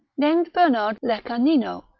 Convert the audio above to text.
named bernard lecanino,